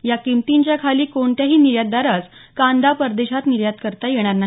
या किंमतीच्या खाली कोणत्याही निर्यातदारास कांदा परदेशात निर्यात करता येणार नाही